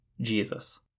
Jesus